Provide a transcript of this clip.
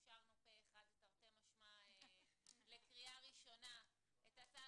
נמנעים, אין הצעת החוק אושרה לקריאה ראשונה.